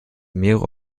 mehrere